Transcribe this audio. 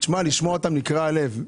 תשמע, לשמוע אותם נקרע הלב.